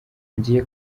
ngiye